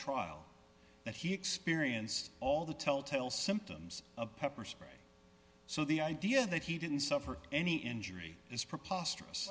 experienced all the telltale symptoms of pepper spray so the idea that he didn't suffer any injury is preposterous